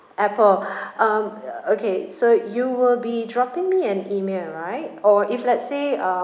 apple um ya okay so you will be dropping me an email right or if let's say um